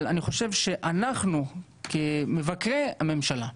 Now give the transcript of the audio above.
אבל אנחנו כמבקרי הממשלה,